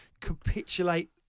capitulate